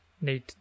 need